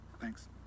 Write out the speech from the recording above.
Thanks